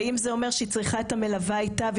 אם זה אומר שהיא צריכה את המלווה איתה,